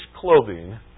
clothing